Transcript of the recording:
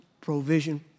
provision